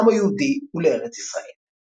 לעם היהודי ולארץ ישראל.